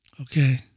Okay